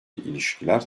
ilişkiler